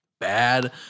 bad